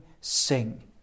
sing